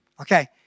okay